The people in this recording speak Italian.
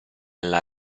alla